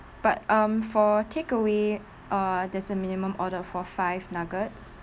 but um for takeaway uh there's a minimum order for five nuggets